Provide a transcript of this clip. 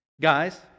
guys